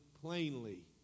plainly